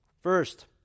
First